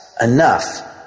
enough